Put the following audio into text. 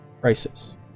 Crisis